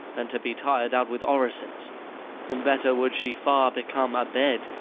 than to be tired out with orisons and better would she far become a bed,